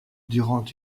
durant